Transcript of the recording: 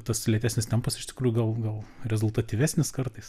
tas lėtesnis tempas iš tikrųjų gal gal rezultatyvesnis kartais